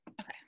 Okay